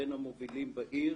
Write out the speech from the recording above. בין המובילים בעיר